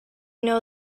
know